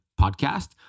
Podcast